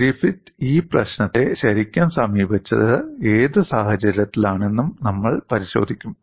Griffith ഈ പ്രശ്നത്തെ ശരിക്കും സമീപിച്ചത് ഏത് സാഹചര്യത്തിലാണെന്നും നമ്മൾ പരിശോധിക്കും